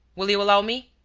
will you allow me?